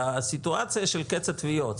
לסיטואציה של קץ התביעות.